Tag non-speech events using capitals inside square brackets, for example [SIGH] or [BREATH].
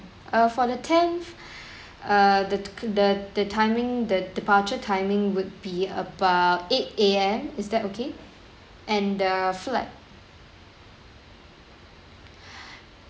err for the tenth [BREATH] err the the the timing the departure timing would be about eight A_M is that okay and the flight